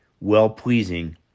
well-pleasing